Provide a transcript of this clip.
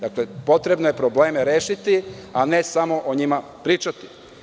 Dakle, potrebno je probleme rešiti, a ne samo o njima pričati.